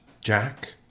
Jack